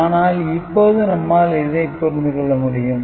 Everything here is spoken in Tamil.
ஆனால் இப்போது நம்மால் இதை புரிந்து கொள்ள முடியும்